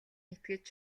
итгэж